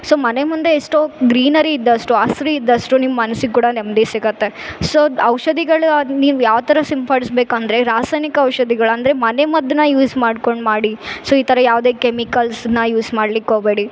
so ಮನೆ ಮುಂದೆ ಎಷ್ಟೋ ಗ್ರೀನರಿ ಇದ್ದಷ್ಟು ಹಸ್ರು ಇದ್ದಷ್ಟು ನಿಮ್ಮ ಮನ್ಸಿಗೆ ಕೂಡ ನೆಮ್ಮದಿ ಸಿಗುತ್ತೆ ಸೊ ಔಷಧಿಗಳ್ ಅದು ನೀವು ಯಾವ್ತರ ಸಿಂಪಡಿಸ್ಬೇಕು ಅಂದರೆ ರಾಸಯನಿಕ ಔಷಧಿಗಳ್ ಅಂದರೆ ಮನೆ ಮದ್ದನ್ನ ಯೂಸ್ ಮಾಡ್ಕೊಂಡು ಮಾಡಿ ಸೊ ಇತರ ಯಾವುದೆ ಕೆಮಿಕಲ್ಸ್ನ ಯೂಸ್ ಮಾಡಲಿಕ್ಕೊಬೇಡಿ